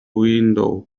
window